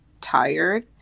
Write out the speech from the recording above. tired